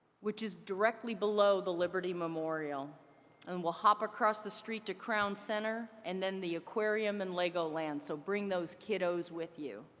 which is directly below the liberty memorial and we'll hop across the street to crown center and the aquarium and lego land. so bring those kiddos with you.